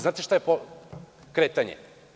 Znate šta je kretanje?